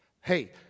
Hey